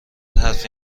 حرفی